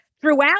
throughout